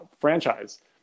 franchise